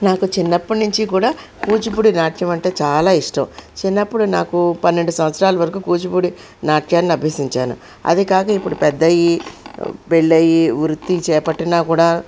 నాకు చిన్నప్పటినుంచి కూడా కూచిపూడి నాట్యం అంటే చాలా ఇష్టం చిన్నప్పుడు నాకు పన్నెండు సంవత్సరాలు వరకు కూచిపూడి నాట్యాన్ని అభ్యసించాను అది కాక ఇప్పుడు పెద్దయి పెళ్ళయ్యి వృత్తిని చేపట్టినా కుడా